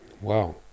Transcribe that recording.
wow